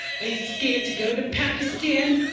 are you scared to go to pakistan?